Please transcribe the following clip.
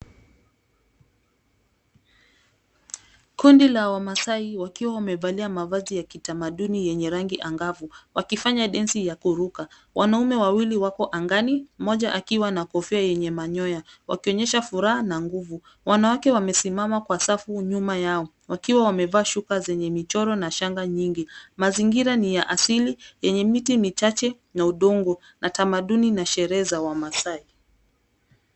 Kundi la wamasai wakiwa wamevalia mavazi ya kitamaduni yenye rangi angavu wakifanya densi ya kuruka. Wanaume wawili wako angani, mmoja akiwa na kofia yenye manyoya, wakionyesha furaha na nguvu. Wanawake wamesimama kwa safu nyuma yao wakiwa wamevaa shuka zenye michoro na shanga nyingi. Mazingira ni ya asili yenye miti michache na udongo na tamaduni na sherehe za wamasai.